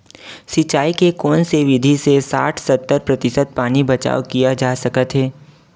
सिंचाई के कोन से विधि से साठ सत्तर प्रतिशत पानी बचाव किया जा सकत हे?